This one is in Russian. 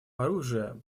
оружия